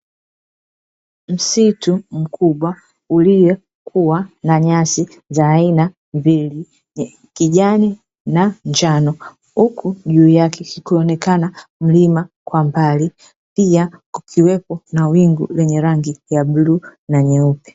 Msitu mkubwa uliokuwa na nyasi za aina mbili, kijani na njano huku juu yake ukionekana mlima kwa mbali pia kukiwepo na wingu lenye rangi ya bluu na nyeupe.